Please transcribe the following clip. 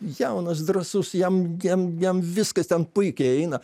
jaunas drąsus jam jam jam viskas ten puikiai eina